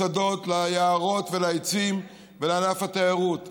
לשדות, ליערות, לעצים ולענף התיירות.